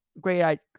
Great